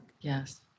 Yes